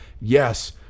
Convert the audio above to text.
yes